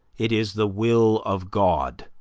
it is the will of god.